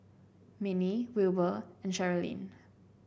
Manie Wilbur and Cherilyn